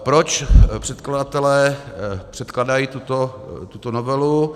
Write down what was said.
Proč předkladatelé překládají tuto novelu?